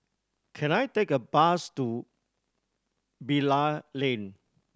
can I take a bus to Bilal Lane